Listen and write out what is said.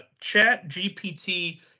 ChatGPT